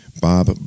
Bob